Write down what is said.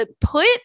Put